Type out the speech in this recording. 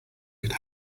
could